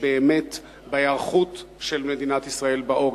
באמת בהיערכות של מדינת ישראל בעורף.